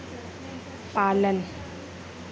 पालन